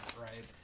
right